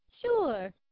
Sure